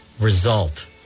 result